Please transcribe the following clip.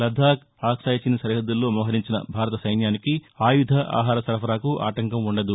లద్దాఖ్ అక్సాయ్ చిన్ సరిహద్దుల్లో మోహరించిన భారత సైన్యానికి ఆయుధ ఆహార సరఫరాకు ఆటంకం ఉండదు